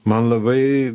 man labai